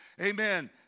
amen